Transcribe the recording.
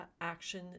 action